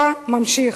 אתה ממשיך.